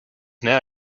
now